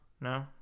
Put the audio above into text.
No